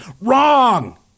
Wrong